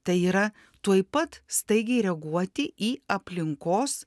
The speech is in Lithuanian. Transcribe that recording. tai yra tuoj pat staigiai reaguoti į aplinkos